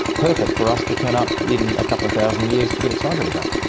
perfect for us to turn up in a couple of thousand years to get excited about.